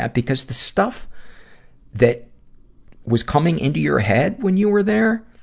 ah because the stuff that was coming into your head when you were there,